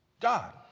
God